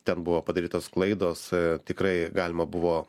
ten buvo padarytos klaidos tikrai galima buvo